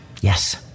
Yes